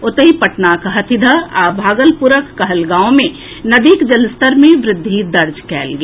ओतहि पटनाक हाथीदह आ भागलपुरक कहलगांव मे नदीक जलस्तर मे वृद्धि दर्ज कएल गेल